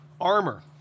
armor